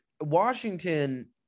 Washington